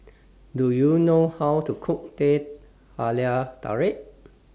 Do YOU know How to Cook Teh Halia Tarik